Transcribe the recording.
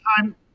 time